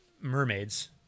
mermaids